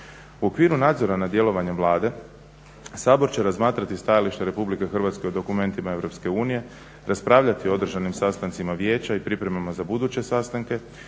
okviru nadzora nad djelovanjem Vlade Sabor će razmatrati stajalište Republike Hrvatske o dokumentima Europske unije, raspravljati o održanim sastancima Vijeća i pripremama za buduće sastanke